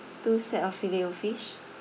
two sets of fillet O fish